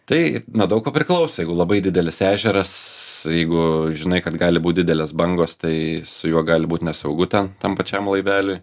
tai nuo daug ko priklauso jeigu labai didelis ežeras jeigu žinai kad gali būt didelės bangos tai su juo gali būt nesaugu ten tam pačiam laively